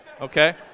okay